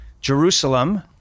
Jerusalem